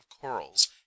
corals